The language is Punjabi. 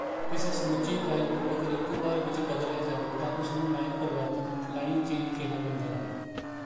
ਕਿਸੇ ਸਮੁੱਚੀ ਇਕਾਈ ਨੂੰ ਅਗਰ ਇੱਕੋ ਵਾਰ ਵਿੱਚ ਬਦਲਿਆ ਜਾਵੇ ਤਾਂ ਉਸਨੂੰ ਲਾਈਨ ਪਰਿਵਰਤਨ ਲਾਈਨ ਚੇਂਜ ਕਿਹਾ ਜਾਂਦਾ ਹੈ